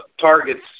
targets